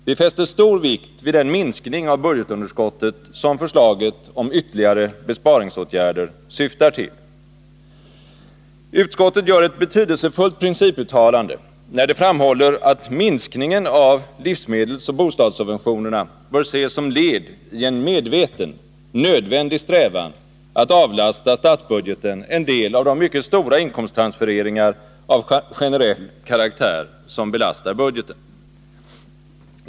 Vi fäster stor vikt vid den minskning av budgetunderskottet som förslaget om ytterligare besparingsåtgärder syftar till. Utskottet gör ett betydelsefullt principuttalande, när det framhåller att minskningen av livsmedelsoch bostadssubventionerna bör ses som led i en medveten, nödvändig strävan att avlasta statsbudgeten en del av de mycket stora inkomsttransfereringar av generell karaktär som belastar budgeten.